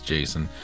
Jason